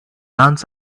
runs